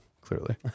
clearly